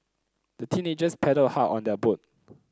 the teenagers paddled hard on their boat